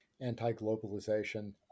anti-globalization